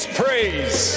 praise